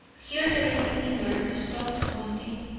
here the little finger stopped pointing.